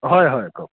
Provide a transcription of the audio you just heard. হয় হয় কওক